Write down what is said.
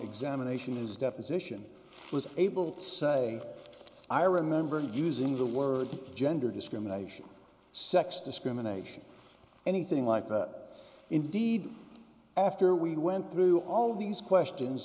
examination is deposition was able to say i remember using the word gender discrimination sex discrimination anything like that indeed after we went through all these questions